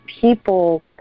people